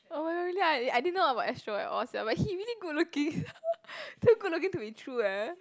oh my god really ah I I didn't know about Astro at all sia but he really good looking too good looking to be true eh